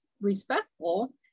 respectful